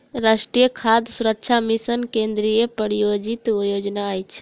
राष्ट्रीय खाद्य सुरक्षा मिशन केंद्रीय प्रायोजित योजना अछि